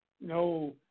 No